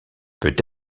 peut